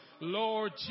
Lord